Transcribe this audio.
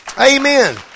Amen